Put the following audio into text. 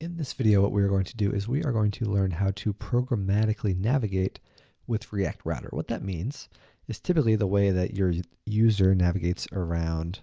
in this video, what we're going to do is we are going to learn how to programmatically navigate with react router. what that means is, typically the way that your user navigates around